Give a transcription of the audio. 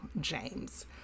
James